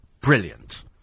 brilliant